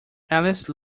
alice